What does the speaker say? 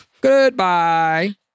Goodbye